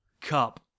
cup